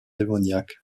démoniaque